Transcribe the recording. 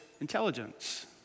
intelligence